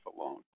alone